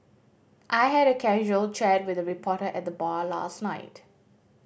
I had a casual chat with a reporter at the bar last night